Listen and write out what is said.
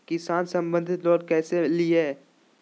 किसान संबंधित लोन कैसै लिये?